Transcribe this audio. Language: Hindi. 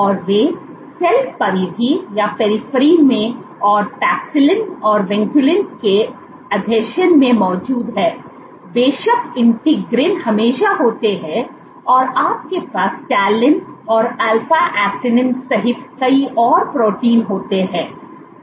और वे सेल परिधि में और पैक्सिलिन और विनक्यूलिन के आसंजन में मौजूद हैं बेशक इंटीग्रीन हमेशा होते हैं और आपके पास तालिन और अल्फा ऐक्टिनिन सहित कई और प्रोटीन होते हैं